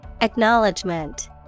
acknowledgement